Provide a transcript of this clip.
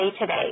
Today